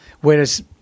Whereas